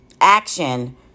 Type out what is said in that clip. action